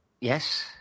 Yes